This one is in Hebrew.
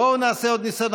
בואו נעשה עוד ניסיון,